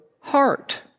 heart